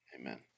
Amen